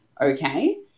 okay